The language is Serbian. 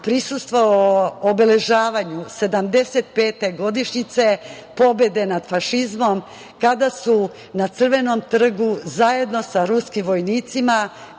prisustvovao obeležavanju 75. godišnjice pobede nad fašizmom, kada je na Crvenom trgu, zajedno sa ruskim vojnicima,